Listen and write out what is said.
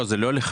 לא, זה לא לחלק.